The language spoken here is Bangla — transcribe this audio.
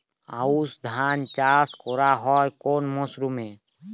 আউশ ধান চাষ করা হয় কোন মরশুমে?